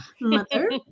Mother